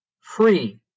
free